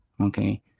Okay